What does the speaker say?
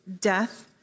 death